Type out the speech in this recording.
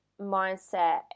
mindset